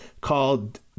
called